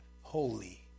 holy